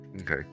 Okay